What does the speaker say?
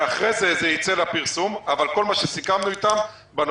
ואחרי זה, זה יצא לפרסום.